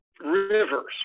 rivers